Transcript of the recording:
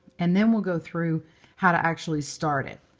and then we'll go through how to actually start it.